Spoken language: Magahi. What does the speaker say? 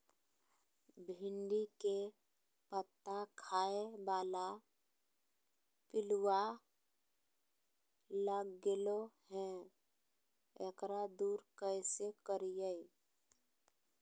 भिंडी के पत्ता खाए बाला पिलुवा लग गेलै हैं, एकरा दूर कैसे करियय?